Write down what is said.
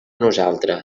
nosaltres